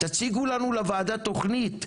תציגו לנו לוועדה תוכנית,